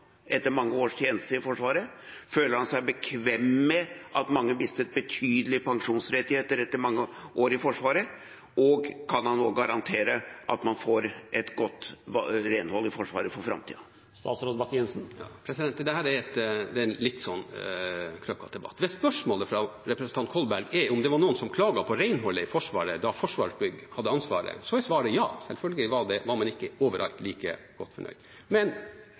etter mange års tjeneste i Forsvaret? Føler han seg bekvem med at mange mistet betydelige pensjonsrettigheter etter mange år i Forsvaret? Og kan han nå garantere at man får et godt renhold i Forsvaret for framtiden? Dette er en litt krøkkete debatt. Hvis spørsmålet fra representanten Kolberg er om det var noen som klaget på renholdet i Forsvaret da Forsvarsbygg hadde ansvaret, så er svaret ja. Selvfølgelig var man ikke like godt fornøyd overalt. Men